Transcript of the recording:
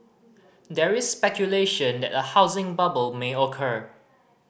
there is speculation that a housing bubble may occur